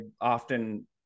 often